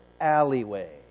alleyway